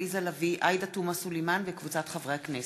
עליזה לביא ועאידה תומא סלימאן וקבוצת חברי הכנסת,